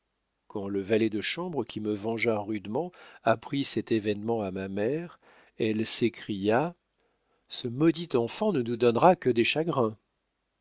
quand le valet de chambre qui me vengea rudement apprit cet événement à ma mère elle s'écria ce maudit enfant ne nous donnera que des chagrins